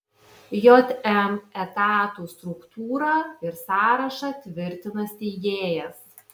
jm etatų struktūrą ir sąrašą tvirtina steigėjas